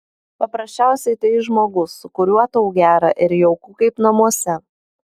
paprasčiausiai tai žmogus su kuriuo tau gera ir jauku kaip namuose